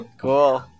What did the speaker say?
Cool